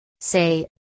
Say